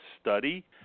study